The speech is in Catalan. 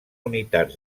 unitats